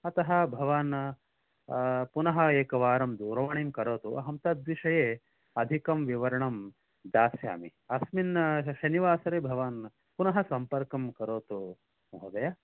अतः भवान् पुनः एकवारं दूरवाणीं करोतु अहम् तद्विषये अधिकं विवरणं दास्यामि अस्मिन् शनिवासरे भवान् पुनः सम्पर्कं करोतु महोदय